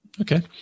okay